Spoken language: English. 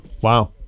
wow